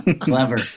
Clever